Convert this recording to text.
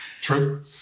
true